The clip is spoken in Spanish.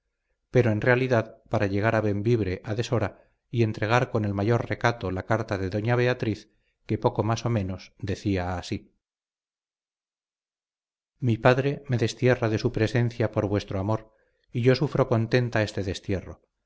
pero en realidad para llegar a bembibre a deshora y entregar con el mayor recato la carta de doña beatriz que poco más o menos decía así mi padre me destierra de su presencia por vuestro amor y yo sufro contenta este destierro